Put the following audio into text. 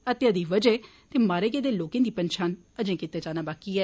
हत्या दे वजह ते मारे गेदे लोकें दी पंछान अजे कीती जाना बाकी ऐ